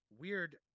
Weird